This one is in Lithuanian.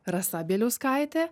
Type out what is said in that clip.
rasa bieliauskaitė